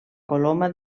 coloma